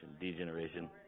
degeneration